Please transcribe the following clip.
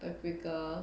paprika